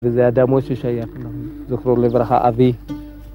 וזה אדמות ששייך לנו, זכרו לברכה, אבי.